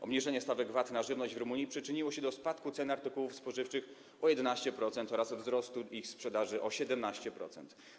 Obniżenie stawek VAT na żywność w Rumunii przyczyniło się do spadku cen artykułów spożywczych o 11% oraz wzrostu ich sprzedaży o 17%.